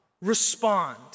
respond